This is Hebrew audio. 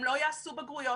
הם לא יעשו בגרויות.